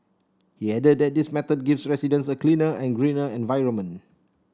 he added that this method gives residents a cleaner and greener environment